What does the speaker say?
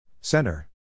Center